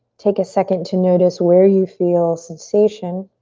take a second to notice where you feel sensation.